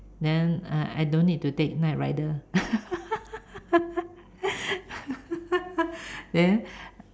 then uh I don't need to take night rider then